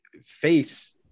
face